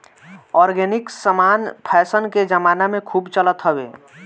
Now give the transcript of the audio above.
organic समान fashion के जमाना में खूब चलत हवे